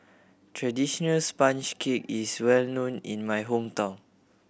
traditional sponge cake is well known in my hometown